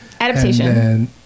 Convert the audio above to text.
adaptation